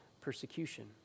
persecution